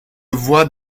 voix